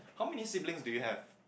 how many siblings do you have